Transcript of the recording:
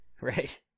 Right